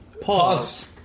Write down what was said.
Pause